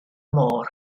môr